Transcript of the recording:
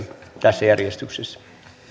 tässä järjestyksessä